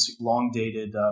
long-dated